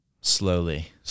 Slowly